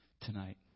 tonight